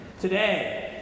today